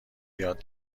یاد